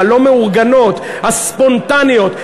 הלא-מאורגנות, הספונטניות.